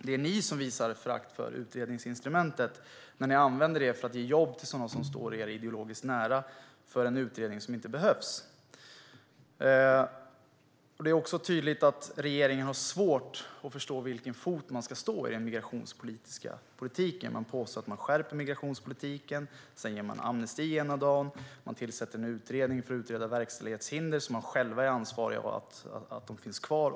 Det är ni som visar förakt för utredningsinstrumentet när ni använder det för att ge jobb till sådana som står er ideologiskt nära för en utredning som inte behövs. Det är också tydligt att regeringen har svårt att förstå vilken fot den ska stå på i migrationspolitiken. Man påstår att man skärper migrationspolitiken, men ger sedan amnesti och tillsätter en utredning för att utreda verkställighetshinder som man själv har ansvaret för att de finns kvar.